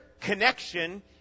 connection